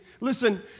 Listen